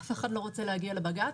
אף אחד לא רוצה להגיע לבג"ץ,